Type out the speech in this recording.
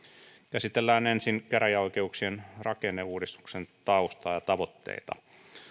käsitellään ensin käräjäoikeuksien rakenneuudistuksen taustaa ja tavoitteita